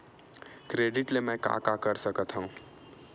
Credit ले मैं का का कर सकत हंव?